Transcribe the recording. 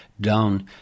down